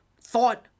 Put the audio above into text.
Thought